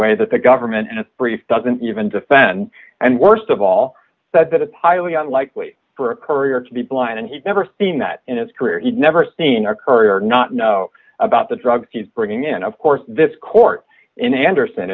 way that the government and its brief doesn't even defend and worst of all said that it's highly unlikely for a courier to be blind and he's never seen that in his career he never seen a courier not know about the drugs he's bringing in of course this court in anderson